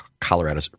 Colorado